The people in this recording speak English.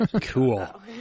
Cool